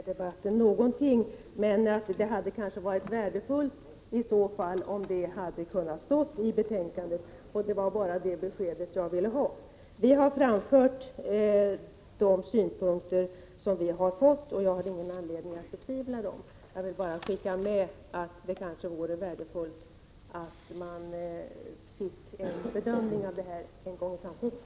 Herr talman! Jag skall inte förlänga den här debatten. Men det hade kanske varit värdefullt om något av allt detta hade stått i betänkandet. Det var bara det besked som jag ville ha framfört. Vi har vidarebefordrat de uppgifter som vi har fått, och jag har ingen anledning att betvivla deras riktighet. Jag vill också framföra att det vore värdefullt om en bedömning av dem gjordes i framtiden.